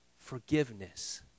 forgiveness